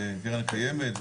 קרן קיימת,